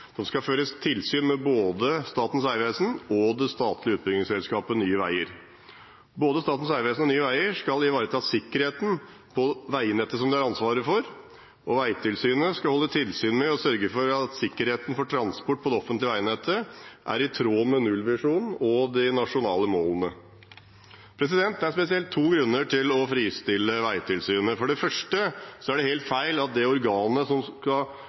skal føre tilsyn med både Statens vegvesen og det statlige utbyggingsselskapet Nye Veier. Både Statens vegvesen og Nye Veier skal ivareta sikkerheten på veinettet de har ansvaret for. Vegtilsynet skal holde tilsyn med og sørge for at sikkerheten for transport på det offentlige veinettet er i tråd med nullvisjonen og de nasjonale målene. Det er spesielt to grunner til å fristille Vegtilsynet. For det første er det helt feil at det organet som skal